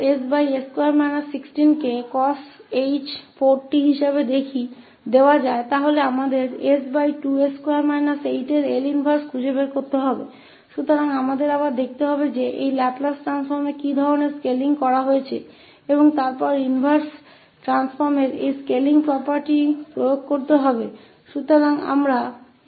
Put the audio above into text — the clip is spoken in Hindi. अगर अब 𝐿 इनवर्स हैss2 16जो cosh 4𝑡 के रूप मे दिए गया है तो हम 𝑠 2𝑠 2 8 की 𝐿 इनवर्स खोजने की जरूरत है इसलिए हमें फिर से देखना होगा कि इस लैपलेस ट्रांसफॉर्म में किस तरह की स्केलिंग की जाती है और फिर हम इनवर्स ट्रांसफॉर्म की स्केलिंग प्रॉपर्टी को लागू कर सकते हैं